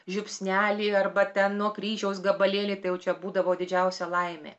žiupsnelį arba ten nuo kryžiaus gabalėlį tai jau čia būdavo didžiausia laimė